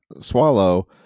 swallow